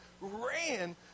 ran